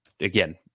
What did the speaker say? Again